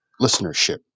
listenership